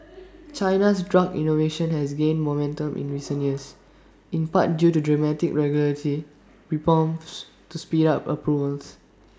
China's drug innovation has gained momentum in recent years in part due to dramatic regulatory reforms to speed up approvals